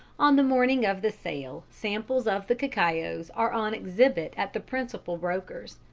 on the morning of the sale samples of the cacaos are on exhibit at the principal brokers.